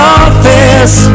office